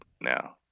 now